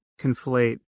conflate